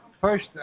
first